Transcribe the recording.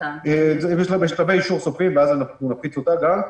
זה בשלבי אישור סופי ואז אנחנו נכניס את זה גם.